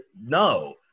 no